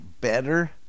better